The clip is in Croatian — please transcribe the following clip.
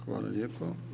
Hvala lijepo.